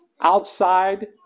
Outside